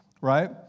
right